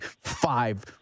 five